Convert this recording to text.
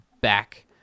back